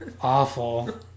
Awful